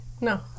No